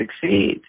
succeed